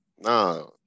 no